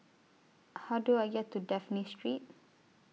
How Do I get to Dafne Street